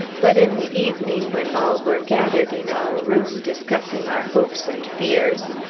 but in the evening, when all were gathered in our room discussing our hopes and fears,